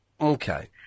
Okay